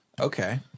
Okay